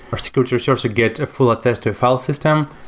a security researcher gets a full attest of file system,